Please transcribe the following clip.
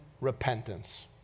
repentance